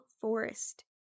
Forest